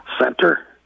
center